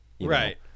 Right